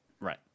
Right